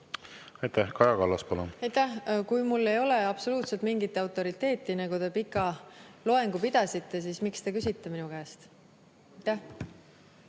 Kaja Kallas, palun! Aitäh! Kui mul ei ole absoluutselt mingit autoriteeti, nagu te pika loengu pidasite, siis miks te küsite minu käest?